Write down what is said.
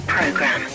Program